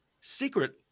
Secret